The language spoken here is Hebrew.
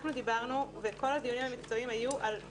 אנחנו דיברנו וכל הדיונים המקצועיים היו על פנימייה,